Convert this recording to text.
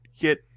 get